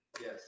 Yes